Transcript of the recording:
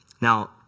Now